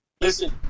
listen